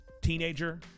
Teenager